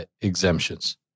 exemptions